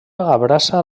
abraça